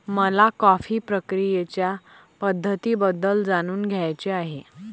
मला कॉफी प्रक्रियेच्या पद्धतींबद्दल जाणून घ्यायचे आहे